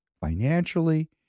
financially